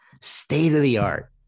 state-of-the-art